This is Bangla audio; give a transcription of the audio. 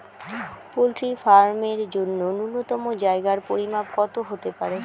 পোল্ট্রি ফার্ম এর জন্য নূন্যতম জায়গার পরিমাপ কত হতে পারে?